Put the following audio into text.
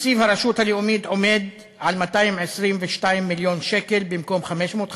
תקציב הרשות הלאומית הוא 222 מיליון שקל במקום 550 מיליון.